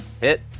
Hit